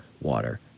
water